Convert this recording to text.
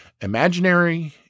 imaginary